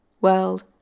world